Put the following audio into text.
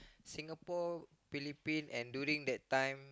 Singapore Philippine and during that time